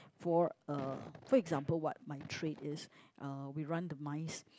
for uh for example what my trade is uh we run the mice